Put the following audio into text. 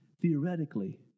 theoretically